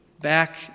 back